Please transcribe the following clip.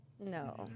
no